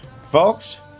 Folks